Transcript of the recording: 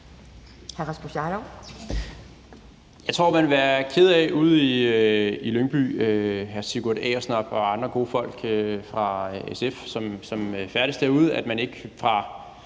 Jeg tror, at man vil være ked af ude i Lyngby – Sigurd Agersnap og andre gode folk fra SF, som færdes derude – at